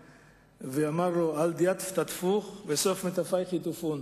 ואמר: על דאטפת אטפוך וסוף מטיפייך יטופון.